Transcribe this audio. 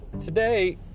Today